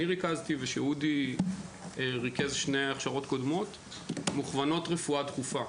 ריכזתי ושאודי ריכז בשתי ההכשרות הקודמות מוכוונות לרפואה דחופה.